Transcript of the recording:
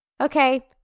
Okay